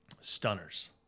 Stunners